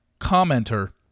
commenter